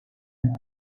aşama